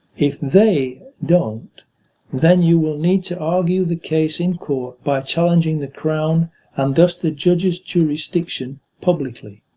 if they don't then you will need to argue the case in court by challenging the crown and thus the judge's jurisdiction publicly.